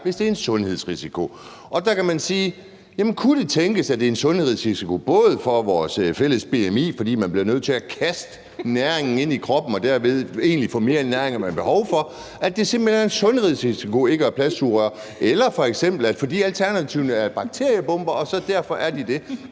hvis det er en sundhedsrisiko. Der kan man spørge: Kunne det tænkes, at det er en sundhedsrisiko for vores fælles bmi, fordi man bliver nødt til at kaste næringen ind i kroppen og derved egentlig få mere næring, end man har behov for det, eller at det simpelt hen er en sundhedsrisiko ikke at have plastsugerør, fordi alternativerne er bakteriebomber? Er det